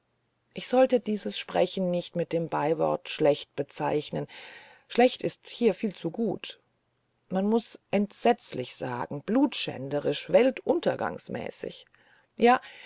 ich sollte dieses sprechen nicht mit dem beiwort schlecht bezeichnen schlecht ist hier viel zu gut man muß entsetzlich sagen blutschänderisch weltuntergangsmäßig ja